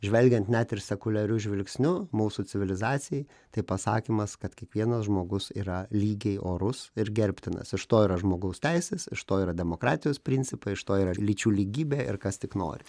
žvelgiant net ir sekuliariu žvilgsniu mūsų civilizacijai tai pasakymas kad kiekvienas žmogus yra lygiai orus ir gerbtinas iš to yra žmogaus teisės iš to yra demokratijos principai iš to yra lyčių lygybė ir kas tik nori